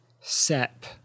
sep